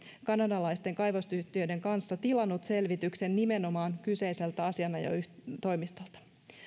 kanadalaisten kaivosyhtiöiden kanssa tilannut selvityksen nimenomaan kyseiseltä asianajotoimistolta